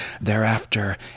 Thereafter